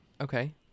Okay